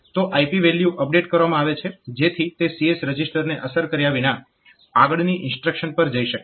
તો IP value update કરવામાં આવે છે જેથી તે CS રજીસ્ટરને અસર કર્યા વિના આગળની ઇન્સ્ટ્રક્શન પર જઈ શકે